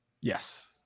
Yes